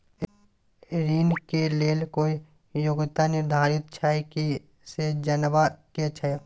ऋण के लेल कोई योग्यता निर्धारित छै की से जनबा के छै?